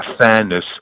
fairness